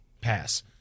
pass